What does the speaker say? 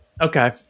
Okay